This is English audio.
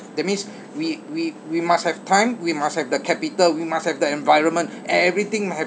that means we we we must have time we must have the capital we must have the environment everything